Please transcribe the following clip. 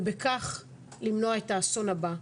ובכך למנוע את האסון הבא.